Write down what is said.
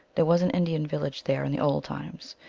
there was an indian village there in the old times.